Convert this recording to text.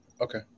Okay